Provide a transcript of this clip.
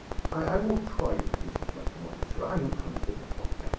i won't try your patience much longer, sir i am coming to the point.